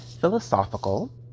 philosophical